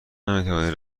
نمیتوانید